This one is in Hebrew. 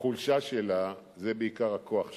החולשה שלה זה בעיקר הכוח שלה,